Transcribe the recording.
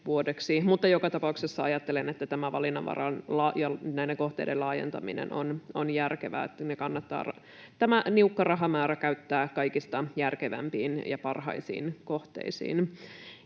joka tapauksessa ajattelen, että tämä valinnanvaran ja näiden kohteiden laajentaminen on järkevää. Tämä niukka rahamäärä kannattaa käyttää kaikista järkevimpiin ja parhaisiin kohteisiin.